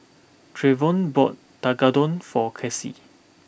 Trevon bought Tekkadon for Kasey